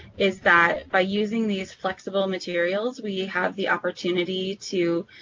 is that by using these flexible materials, we have the opportunity to